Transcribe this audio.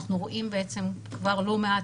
אנחנו רואים כבר לא מעט,